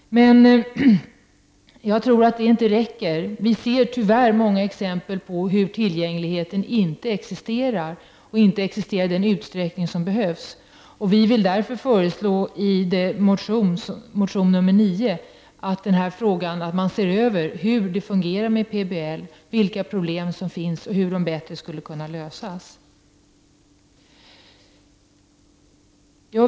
Men jag tror inte att det räcker. Vi har sett exempel på hur tillgängligheten inte existerar eller inte existerar i den utsträckning som behövs. Vi föreslår därför i vår reservation 9 att man i denna fråga ser över hur PBL fungerar, vilka problem som finns och hur de skall kunna lösas.